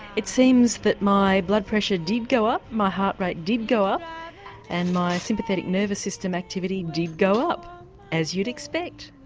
it seems that my blood pressure did go up, my heart rate did go up and my sympathetic nervous system activity did go up as you'd expect.